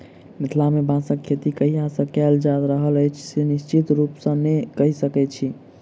मिथिला मे बाँसक खेती कहिया सॅ कयल जा रहल अछि से निश्चित रूपसॅ नै कहि सकैत छी